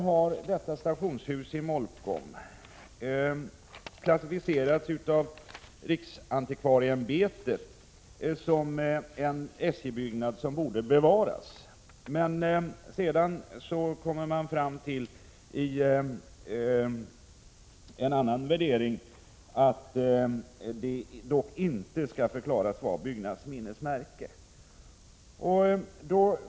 SJ:s stationshus i Molkom har av riksantikvarieämbetet klassificerats som en SJ-byggnad som borde bevaras. Vid en annan värdering har man kommit fram till att huset dock inte skall förklaras som byggnadsminnesmärke.